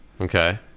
Okay